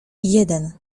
jeden